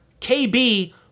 KB